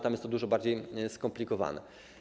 Tam jest to dużo bardziej skomplikowane.